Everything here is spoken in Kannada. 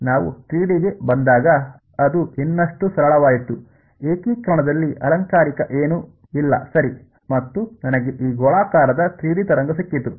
ನಾವು 3 ಡಿ ಗೆ ಬಂದಾಗ ಅದು ಇನ್ನಷ್ಟು ಸರಳವಾಯಿತು ಏಕೀಕರಣದಲ್ಲಿ ಅಲಂಕಾರಿಕ ಏನೂ ಇಲ್ಲ ಸರಿ ಮತ್ತು ನನಗೆ ಈ ಗೋಳಾಕಾರದ 3 ಡಿ ತರಂಗ ಸಿಕ್ಕಿತು